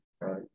Right